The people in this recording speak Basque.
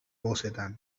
bozetan